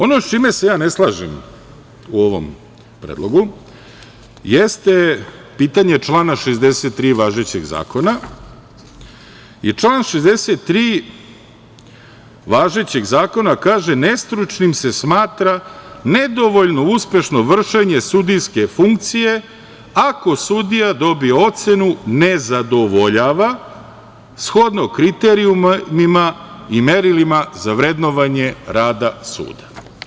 Ono sa čime se ja ne slažem u ovom predlogu jeste pitanje člana 63. važećeg zakona i član 63. važećeg zakona kaže – nestručnim se smatra nedovoljno uspešno vršenje sudijske funkcije ako sudija dobije ocenu „nezadovoljava“ shodno kriterijumima i merilima za vrednovanje rada suda.